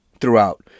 throughout